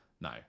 no